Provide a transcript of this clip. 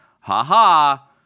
ha-ha